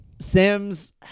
Sims